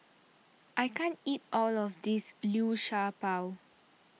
I can't eat all of this Liu Sha Bao